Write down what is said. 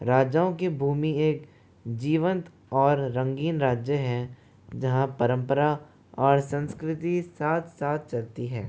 राजाओं की भूमि एक जीवन्त और रंगीन राज्य है जहां परंपरा और संस्कृति साथ साथ चलती है